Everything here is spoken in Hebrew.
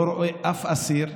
הוא לא רואה אף אסיר,